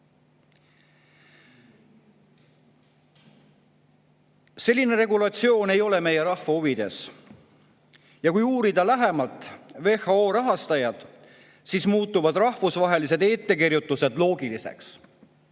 Selline regulatsioon ei ole meie rahva huvides. Ja kui uurida lähemalt WHO rahastajaid, siis muutuvad rahvusvahelised ettekirjutused loogiliseks.